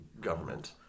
government